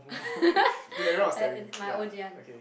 I I my o_j one